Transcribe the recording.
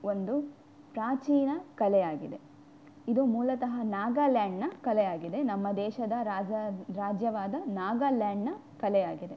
ಒಂದು ಪ್ರಾಚೀನ ಕಲೆಯಾಗಿದೆ ಇದು ಮೂಲತಃ ನಾಗಾಲ್ಯಾಂಡ್ನ ಕಲೆಯಾಗಿದೆ ನಮ್ಮ ದೇಶದ ರಾಜ ರಾಜ್ಯವಾದ ನಾಗಾಲ್ಯಾಂಡ್ನ ಕಲೆಯಾಗಿದೆ